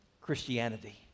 Christianity